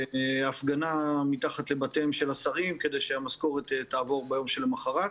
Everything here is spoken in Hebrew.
והפגנה מתחת לבתיהם של השרים כדי שהמשכורת תעבור ביום שלמחרת.